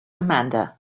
amanda